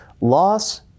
loss